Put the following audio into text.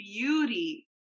beauty